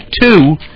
two